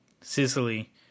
sicily